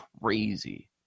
crazy